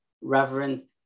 Reverend